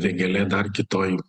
vėgėlė dar kitoj